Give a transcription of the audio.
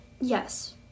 yes